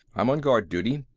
i'm on guard duty.